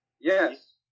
Yes